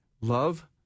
love